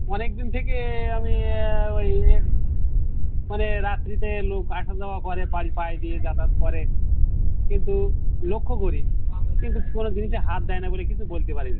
অনেকদিন থেকে আমি ওই ইয়ে মানে রাত্রিতে লোক আসা যাওয়া করে বাড়ির পাশ দিয়ে যাতায়াত করে কিন্তু লক্ষ্য করি কিন্তু কোনো জিনিসে হাত দেয় না বলে কিছু বলতে পারি না